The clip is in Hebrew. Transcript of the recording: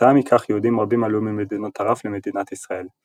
כתוצאה מכך יהודים רבים עלו ממדינות ערב למדינת ישראל.